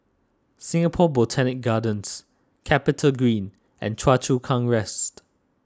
Singapore Botanic Gardens CapitaGreen and Choa Chu Kang West